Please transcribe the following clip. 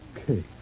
Okay